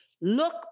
look